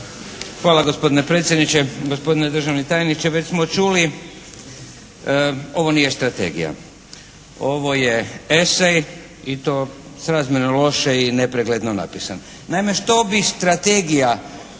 Hvala gospodine predsjedniče. Gospodine državni tajniče već smo čuli ovo nije strategija, ovo je esej i to srazmjerno loše i nepregledno napisan. Naime što bi strategija